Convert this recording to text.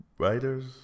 writers